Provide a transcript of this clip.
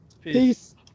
Peace